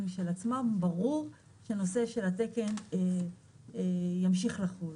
של עצמה ברור שהנושא של התקן ימשיך לחול.